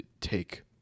take